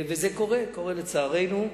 וזה קורה, קורה, לצערנו,